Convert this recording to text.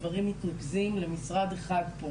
הדברים מתנקזים למשרד אחד.